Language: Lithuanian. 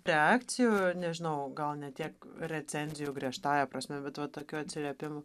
reakcijų nežinau gal ne tiek recenzijų griežtąja prasme bet va tokių atsiliepimų